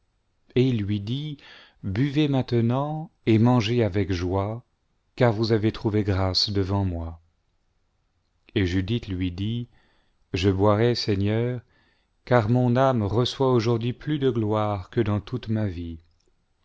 et il lui dit buvez maintenant et mangez avec joie car vous avez trouvé grâce devant moi et judith lui dit je boirai seigneur car mon âme reçoit aujourd'hui plus de gloire que dans toute ma vie